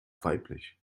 weiblich